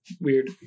Weird